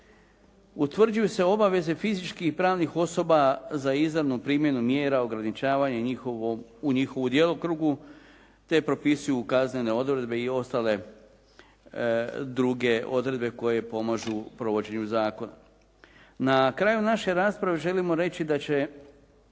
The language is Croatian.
utvrđuju se obaveze fizičkih i pravnih osoba za izravnu primjenu mjera ograničavanje u njihovu djelokrugu te propisuju kaznene odredbe i ostale druge odredbe koje pomažu provođenju zakona. Na kraju naše rasprave želimo reći da će